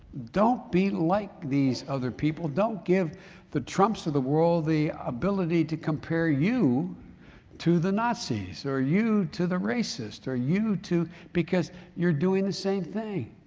don't be like these other people. don't give the trump's of the world the ability to compare you to the nazis, or you to the racists, or you to because you're doing the same thing.